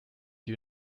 you